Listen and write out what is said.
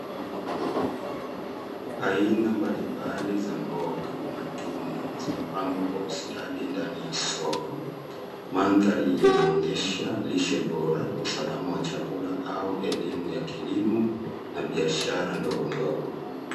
Aina mbalimbali za mboga matunda zimepangwa kwa ustadi ndani ya soko. Mandhari yanaonyesha lishe bora, usalama wa chakula au elimu ya kilimo, na biashara ndogondogo.